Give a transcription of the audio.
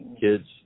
Kids